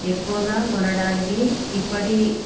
ఎక్కువగా కొనడానికి ఇప్పటి